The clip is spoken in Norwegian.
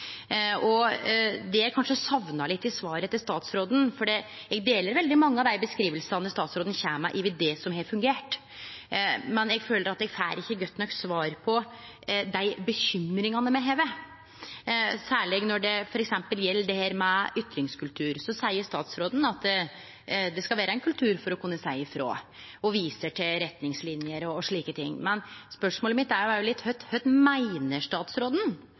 kanskje sakna litt i svaret hans, er at eg føler eg ikkje får godt nok svar på dei bekymringane me har, særleg når det gjeld f.eks. ytringskultur. Statsråden seier at det skal vere ein kultur for å kunne seie frå og viser til retningslinjer og slike ting, men spørsmålet mitt er òg kva statsråden meiner om dei tilbakemeldingane me får frå studentar på Politihøgskolen og dei som er mellomleiarar i politiet, om at det framleis eksisterer ein fryktkultur enkelte plassar. Kva meiner statsråden